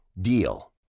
DEAL